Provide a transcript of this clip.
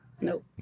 Nope